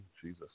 Jesus